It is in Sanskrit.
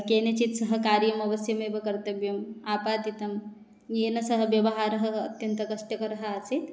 केनचित् सह कार्यम् अवश्यमेव कर्तव्यम् आपतितं येन सह व्यवहारः अत्यन्तः कष्टकरः आसीत्